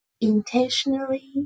intentionally